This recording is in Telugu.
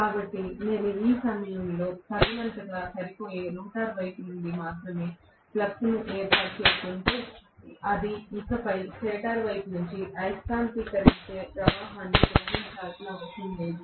కాబట్టి నేను ఈ సమయంలో తగినంతగా సరిపోయే రోటర్ వైపు నుండి మాత్రమే ఫ్లక్స్ను ఏర్పాటు చేస్తుంటే అది ఇకపై స్టేటర్ వైపు నుండి అయస్కాంతీకరించే ప్రవాహాన్ని గ్రహించవలసిన అవసరం లేదు